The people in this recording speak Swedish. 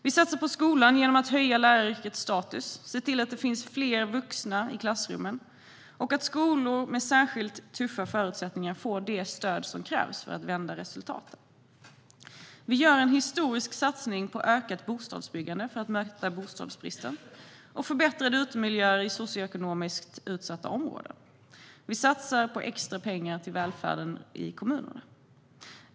Vi satsar på skolan genom att höja läraryrkets status och se till att det finns fler vuxna i klassrummen. Särskilda skolor får det stöd som krävs för att vända resultaten. Vi gör en historisk satsning på ökat bostadsbyggande för att möta bostadsbristen, och vi satsar på förbättrade utemiljöer i socioekonomiskt utsatta områden. Vi satsar på extra pengar till välfärden i kommunerna.